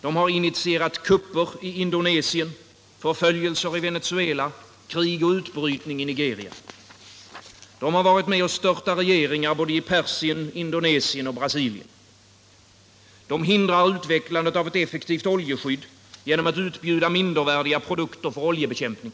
De har initierat kupper i Indonesien, förföljelser i Venezuela samt krig och utbrytning i Nigeria. De har varit med om att störta regeringar i Persien, Indonesien och Brasilien. De hindrar utvecklandet av ett effektivt oljeskydd genom att erbjuda mindervärdiga produkter för oljebekämpning.